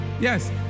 yes